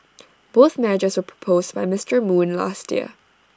both measures were proposed by Mister moon last year